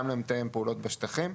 גם למתאם הפעולות בשטחים,